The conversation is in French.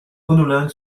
monolingue